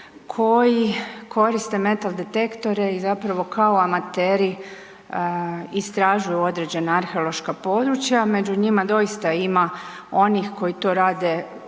koji koriste metal detektore i zapravo kao amateri istražuju određena arheološka područja. Među njima doista ima onih koji to rade uz